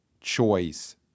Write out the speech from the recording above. choice